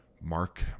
Mark